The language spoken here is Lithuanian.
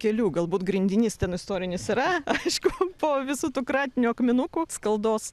keliu galbūt grindinys ten istorinis yra aišku po visu tuo kratiniu akmenukų skaldos